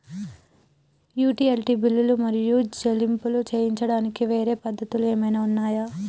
Utility బిల్లులు మరియు చెల్లింపులు చేయడానికి వేరే పద్ధతులు ఏమైనా ఉన్నాయా?